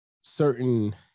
certain